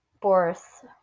boris